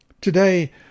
Today